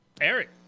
eric